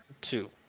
two